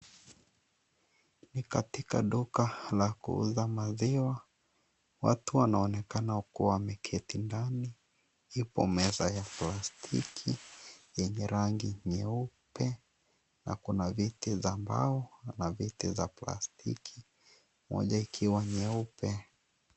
Ni katika duka la kuuza maziwa, watu wanaonekana kuwa wameketi ndani, ipo meza ya plastiki yenye rangi nyeupe na kuna viti za mbao na viti za plastiki moja ikiwa nyeupe.